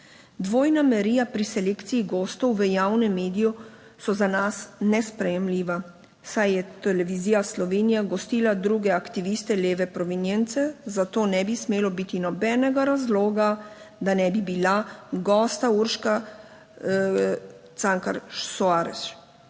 Dvojna merila pri selekciji gostov v javnem mediju so za nas nesprejemljiva, saj je Televizija Slovenija gostila druge aktiviste leve provenience, zato ne bi smelo biti nobenega razloga, da ne bi bila gosta Urška Cankar /